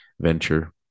venture